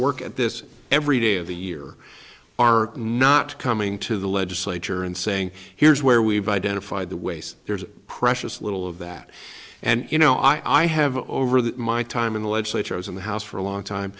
work at this every day of the year are not coming to the legislature and saying here's where we've identified the waste there's precious little of that and you know i have over that my time in the legislature i was in the house for a long time